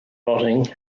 rotting